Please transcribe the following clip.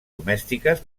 domèstiques